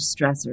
stressors